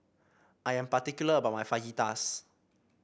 I am particular about my Fajitas